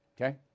Okay